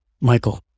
Michael